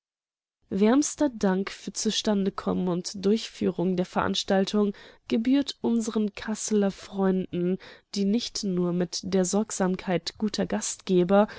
wärmster dank für zustandekommen und durchführung der veranstaltung gebührt unsern kasseler freunden die nicht nur mit der sorgsamkeit guter gastgeber